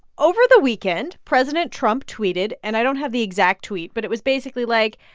over the weekend, president trump tweeted and i don't have the exact tweet but it was basically like,